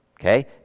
Okay